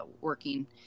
working